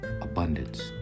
abundance